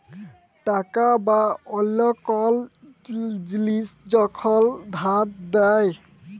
টাকা বা অল্য কল জিলিস যখল ধার দেয়